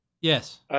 Yes